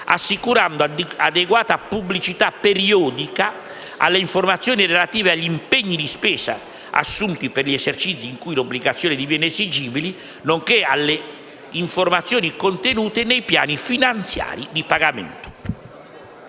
assicurando adeguata pubblicità "periodica" alle informazioni relative agli impegni di spesa assunti per gli esercizi in cui l'obbligazione diviene esigibile, nonché alle informazioni contenute nei piani finanziari di pagamento.